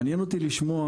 מעניין אותי לשמוע,